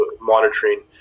monitoring